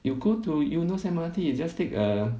you go to eunos M_R_T you just take a